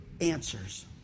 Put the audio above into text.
Answers